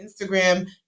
Instagram